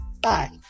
Bye